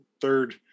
third